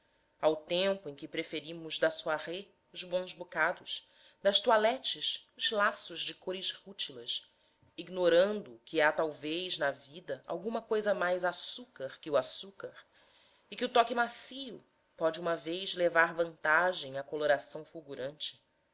ao tempo em que preferimos da soirée os bensbocados das toilettes os laços de cores rútilas ignorando que há talvez na vida alguma coisa mais açúcar que o açúcar e que o toque macio pode uma vez levar vantagem à coloração fulgurante